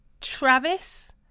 Travis